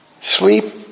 Sleep